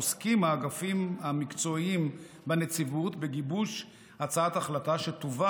עוסקים האגפים המקצועיים בנציבות בגיבוש הצעת החלטה שתובא